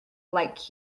like